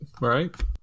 Right